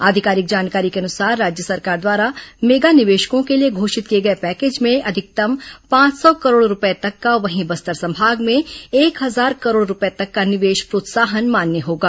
आधिकारिक जानकारी के अनुसार राज्य सरकार द्वारा मेगा निवेशकों के लिए घोषित किए गए पैकेज में अधिकतम पांच सौ करोड़ रूपये तक का वहीं बस्तर संभाग में एक हजार करोड़ रूपये तक निवेश प्रोत्साहन मान्य होगा